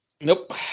Nope